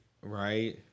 Right